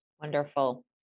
Wonderful